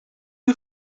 you